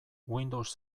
windows